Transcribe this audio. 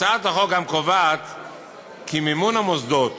הצעת החוק גם קובעת כי מימון המוסדות